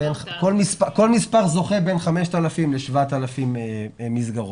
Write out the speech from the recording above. כל מספר זוכה, בין 5,000 ל-7,000 מסגרות.